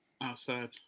Outside